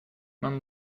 man